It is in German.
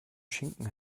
schinken